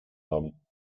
haben